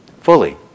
fully